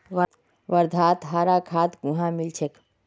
वर्धात हरा खाद कुहाँ मिल छेक